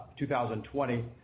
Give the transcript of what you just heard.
2020